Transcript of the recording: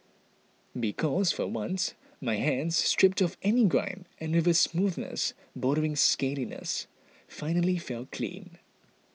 because for once my hands stripped of any grime and with a smoothness bordering scaliness finally felt clean